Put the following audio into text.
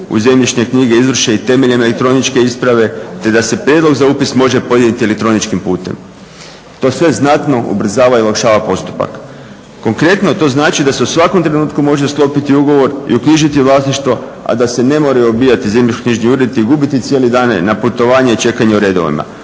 u zemljišne knjige izvrše i temeljem elektroničke isprave te da se prijedlog za upis može podnijeti elektroničkim putem. To sve znatno ubrzava i olakšava postupak. Konkretno to znači da se u svakom trenutku može sklopiti ugovor i uknjižiti vlasništvo, a da se ne moraju … zemljišno-knjižni uredi i gubiti cijele dane na putovanje i čekanje u redovima.